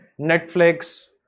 Netflix